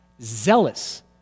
zealous